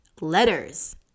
letters